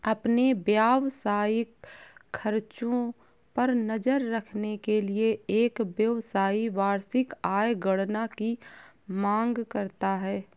अपने व्यावसायिक खर्चों पर नज़र रखने के लिए, एक व्यवसायी वार्षिक आय गणना की मांग करता है